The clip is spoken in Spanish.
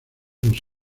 los